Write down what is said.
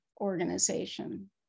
organization